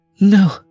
No